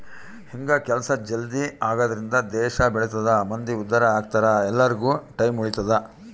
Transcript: ಹಿಂಗ ಕೆಲ್ಸ ಜಲ್ದೀ ಆಗದ್ರಿಂದ ದೇಶ ಬೆಳಿತದ ಮಂದಿ ಉದ್ದಾರ ಅಗ್ತರ ಎಲ್ಲಾರ್ಗು ಟೈಮ್ ಉಳಿತದ